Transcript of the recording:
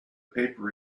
paper